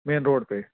مین road پہ